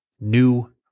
new